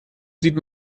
sieht